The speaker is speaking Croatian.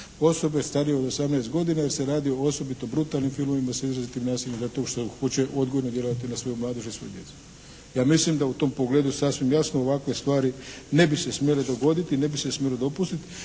osobe starije od 18 godina jer se radi o osobito brutalnim filmovima s izrazitim nasiljem …/Govornik se ne razumije./… na svoju mladež i svoju djecu. Ja mislim da u tom pogledu sasvim jasno ovakve stvari ne bi se smjele dogoditi i ne bi se smjele dopustiti